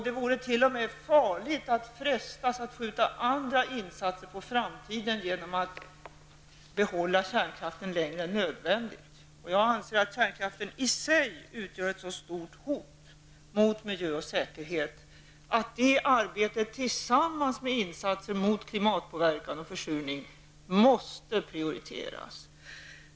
Det vore t.o.m. farligt att frestas att skjuta andra insatser på framtiden genom att behålla kärnkraften längre än nödvändigt. Jag anser att kärnkraften i sig utgör ett så stort hot mot miljö och säkerhet att det arbetet, tillsammans med insatser mot klimatpåverkan och försurning, måste prioriteras.